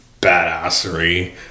badassery